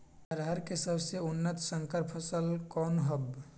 अरहर के सबसे उन्नत संकर फसल कौन हव?